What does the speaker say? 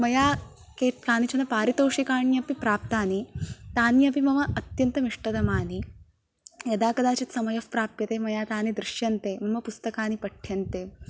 मया के कानिचन पारितोषिकाण्यपि प्राप्तानि तान्यपि मम अत्यन्तम् इष्टतमानि यदा कदाचित् समयः प्राप्यते ममा तानि दृश्यन्ते मम पुस्तकानि पठ्यन्ते